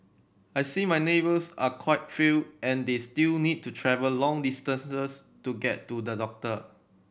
I see my neighbours are quite fail and they still need to travel long distances to get to the doctor